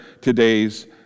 today's